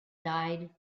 died